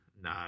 No